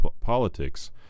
politics